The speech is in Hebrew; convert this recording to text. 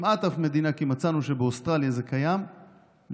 כי מצאנו שבאוסטרליה זה קיים,